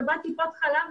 לטובת טיפת חלב,